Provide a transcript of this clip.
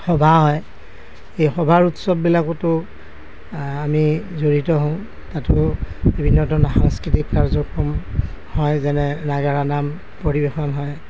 সভা হয় এই সভাৰ উৎসৱ বিলাকতো আমি জড়িত হওঁ তাতো বিভিন্ন ধৰণৰ সাংস্কৃতিক কাৰ্যক্ৰম হয় যেনে নাগাৰা নাম পৰিবেশন হয়